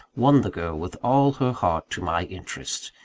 won the girl with all her heart to my interests.